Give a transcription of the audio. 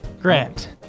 Grant